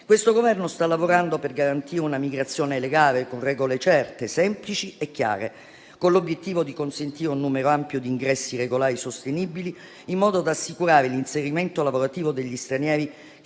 Questo Governo sta lavorando per garantire una migrazione legale con regole certe, semplici e chiare, con l'obiettivo di consentire un numero ampio di ingressi regolari sostenibili, in modo da assicurare l'inserimento lavorativo degli stranieri che